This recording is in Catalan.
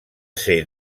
ser